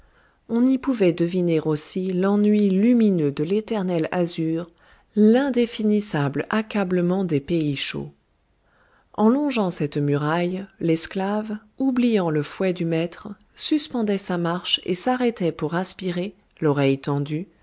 on y pouvait deviner aussi l'ennui lumineux de l'éternel azur l'indéfinissable accablement des pays chauds en longeant cette muraille l'esclave oubliant le fouet du maître suspendait sa marche et s'arrêtait pour aspirer l'oreille tendue